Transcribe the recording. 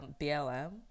BLM